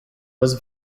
was